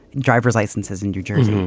driver's licenses in new jersey.